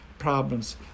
problems